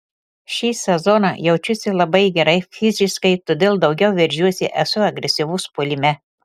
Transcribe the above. šį sezoną jaučiuosi labai gerai fiziškai todėl daugiau veržiuosi esu agresyvus puolime